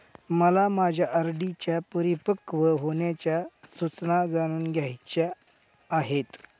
मला माझ्या आर.डी च्या परिपक्व होण्याच्या सूचना जाणून घ्यायच्या आहेत